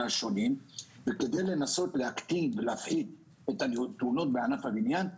השונים כדי לנסות להפחית ולהקטין את התאונות ענף הבניין.